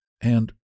and